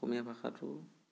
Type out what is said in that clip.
অসমীয়া ভাষাটো